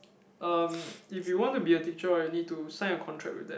um if you want to be a teacher right you need to sign a contract with them